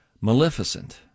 Maleficent